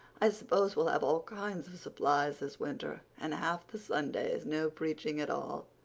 i suppose we'll have all kinds of supplies this winter, and half the sundays no preaching at all.